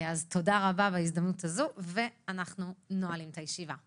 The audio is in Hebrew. תודה רבה, ואני נועלת את הישיבה.